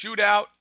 shootout